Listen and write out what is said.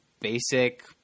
basic